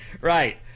Right